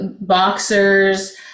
boxers